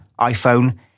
iPhone